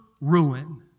ruin